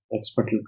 Expert